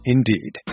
Indeed